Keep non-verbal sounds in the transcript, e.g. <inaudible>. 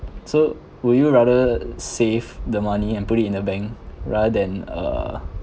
so would you rather save the money and put it in the bank rather than uh <breath>